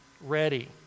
ready